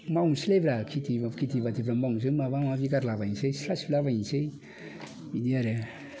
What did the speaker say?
मावनोसैलायब्रा खेति बातिफ्रा मावनोसै माबा माबि गारलाबायनोसै सिथ्ला सिबलाबायनोसै बिदि आरो